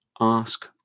ask